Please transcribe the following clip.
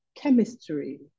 chemistry